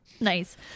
Nice